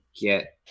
get